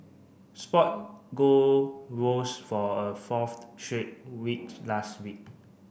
spot gold rose for a fourth straight week last week